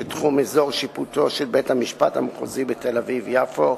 שתחומו אזור שיפוטו של בית-המשפט המחוזי בתל-אביב יפו,